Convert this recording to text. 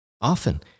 often